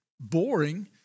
boring